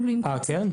בהחלט.